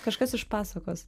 kažkas iš pasakos